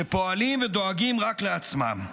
שפועלים ודואגים רק לעצמם.